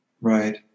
Right